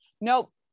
nope